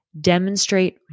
demonstrate